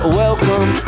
welcome